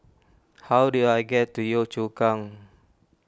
how do I get to Yio Chu Kang